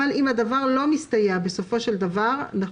אבל אם הדבר לא מסתייע בסופו של דבר אנחנו